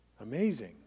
Amazing